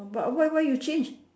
but why why you change